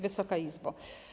Wysoka Izbo!